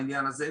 בעניין הזה,